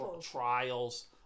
trials